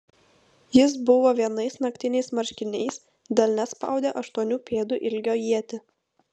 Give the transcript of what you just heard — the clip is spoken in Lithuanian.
jis buvo vienais naktiniais marškiniais delne spaudė aštuonių pėdų ilgio ietį